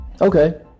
Okay